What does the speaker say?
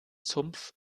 sumpf